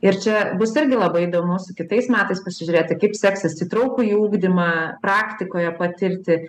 ir čia bus irgi labai įdomu su kitais metais pažiūrėti kaip seksis įtraukųjį ugdymą praktikoje patirti